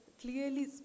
clearly